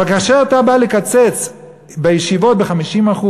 אבל כאשר אתה בא לקצץ בישיבות ב-50%,